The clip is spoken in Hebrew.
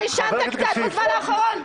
לא עישנת קצת בזמן האחרון?